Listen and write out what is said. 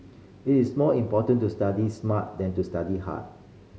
it is more important to study smart than to study hard